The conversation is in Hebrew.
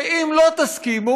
אם לא תסכימו,